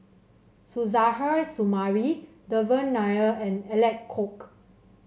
Suzairhe Sumari Devan Nair and Alec Kuok